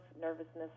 nervousness